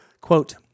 Quote